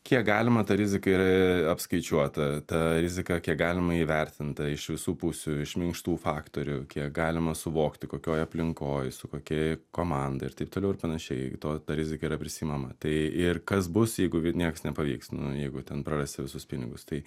kiek galima ta rizika yra apskaičiuota ta rizika kiek galima įvertinta iš visų pusių iš minkštų faktorių kiek galima suvokti kokioj aplinkoj su kokia komanda ir taip toliau ir panašiai ta rizika yra prisiimama tai ir kas bus jeigu nieks nepavyks jeigu ten prarasi visus pinigus tai